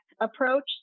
approach